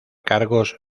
cargos